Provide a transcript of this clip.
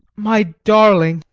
my darling!